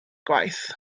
gwaith